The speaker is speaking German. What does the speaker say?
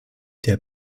der